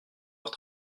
leur